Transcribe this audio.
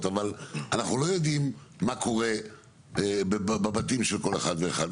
אבל אנחנו לא יודעים מה קורה בבתים של כל אחד ואחד,